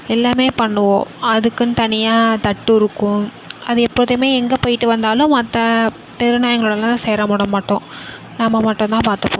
எல்லாமே பண்ணுவோம் அதுக்குன்னு தனியாக தட்டு இருக்கும் அது எப்போதுமே எங்கே போய்ட்டு வந்தாலும் மற்ற தெரு நாய்ங்களோடலாம் சேர விட மாட்டோம் நாம மட்டும் தான் பார்த்துப்போம்